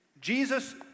Jesus